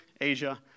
asia